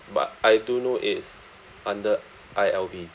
but I do know it's under I_L_B